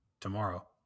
tomorrow